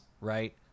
right